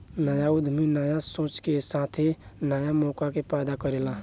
न्या उद्यमी न्या सोच के साथे न्या मौका के पैदा करेला